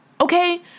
Okay